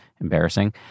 embarrassing